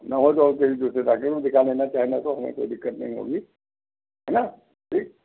ना हो तो और किसी दूसरे डॉक्टर को दिखा लेना चाहे ना तो हमें नहीं कोई दिक़्क़त नहीं होगी है ना ठीक